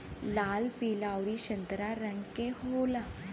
लाल पीला अउरी संतरा रंग के होला